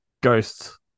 Ghosts